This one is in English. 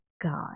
God